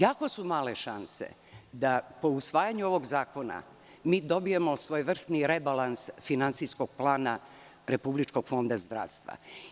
Jako su male šanse da po usvajanju ovog zakona mi dobijemo svojevrsni rebalans finansijskog plana Republičkog fonda zdravstva.